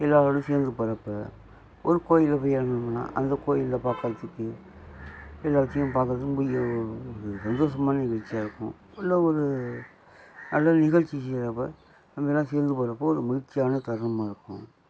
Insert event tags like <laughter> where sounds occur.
எல்லோரோடயும் சேர்ந்து போகிறப்ப ஒரு கோவில்ல போய் இறங்குனம்னா அந்த கோவில்ல பார்க்குறத்துக்கு எல்லோத்தையும் பார்க்குறதுக்கு <unintelligible> சந்தோசமான நிகழ்ச்சியாக இருக்கும் இல்லை ஒரு நல்ல நிகழ்ச்சி செய்கிறப்ப நம்ம எல்லாம் சேர்ந்து போகிறப்ப ஒரு மகிழ்ச்சியான தருணம்மாக இருக்கும்